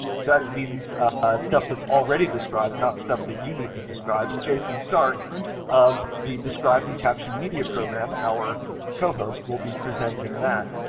that means stuff that's already described not stuff that you need to describe. and jason stark of the describing captioned media program, our co-host will be presenting that.